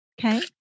Okay